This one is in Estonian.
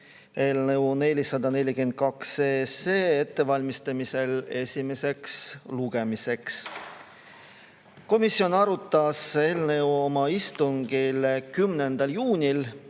eelnõu 442 ettevalmistamisel esimeseks lugemiseks. Komisjon arutas eelnõu oma istungil 10. juunil